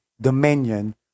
dominion